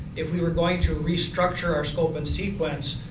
if we were going to restructure our scope and sequence,